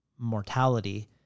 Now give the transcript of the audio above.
mortality